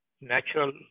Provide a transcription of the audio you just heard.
natural